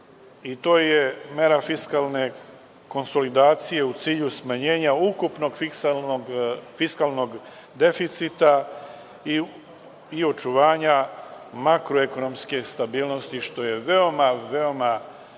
i to je mera fiskalne konsolidacije u cilju smanjena ukupnog fiskalnog deficita i očuvanja makroekonomske stabilnosti, što je veoma